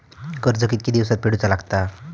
कर्ज कितके दिवसात फेडूचा लागता?